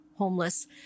homeless